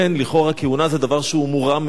לכאורה כהונה זה דבר שהוא מורם מהעם,